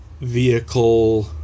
vehicle